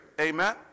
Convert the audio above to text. Amen